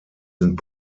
sind